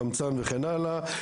חמצן וכן הלאה,